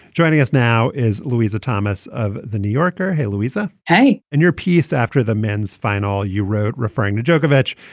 joining us now is luisa thomas of the new yorker. hey, luisa. hey. and your piece after the men's final you wrote referring to djokovic.